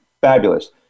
fabulous